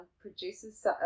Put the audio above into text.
produces